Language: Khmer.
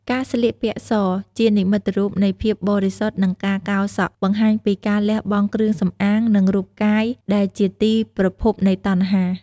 ការ ស្លៀកពាក់ស ជានិមិត្តរូបនៃភាពបរិសុទ្ធ និងការ កោរសក់ បង្ហាញពីការលះបង់គ្រឿងសម្អាង និងរូបកាយដែលជាទីប្រភពនៃតណ្ហា។